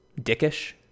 dickish